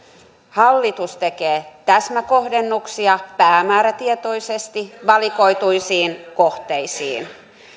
hallitus tekee täsmäkohdennuksia päämäärätietoisesti valikoituihin kohteisiin